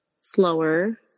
slower